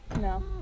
no